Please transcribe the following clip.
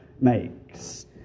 makes